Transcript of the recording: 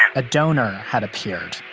a a donor had appeared,